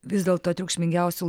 vis dėlto triukšmingiausiu